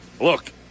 look